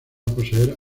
poseer